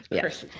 yes.